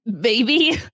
baby